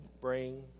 bring